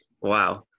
Wow